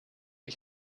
ich